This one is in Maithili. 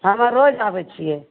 हमे रोज आबै छियै